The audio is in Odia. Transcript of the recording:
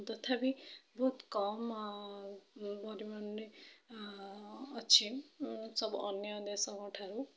ତଥାପି ବହୁତ କମ୍ ପରିମାଣରେ ଅଛି ସବୁ ଅନ୍ୟ ଦେଶଙ୍କ ଠାରୁ